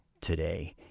today